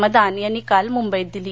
मदान यांनी काल मुंबईत दिली